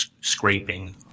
scraping